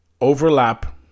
overlap